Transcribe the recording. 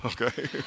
okay